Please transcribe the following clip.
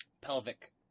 pelvic